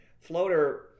floater